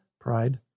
Pride